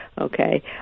Okay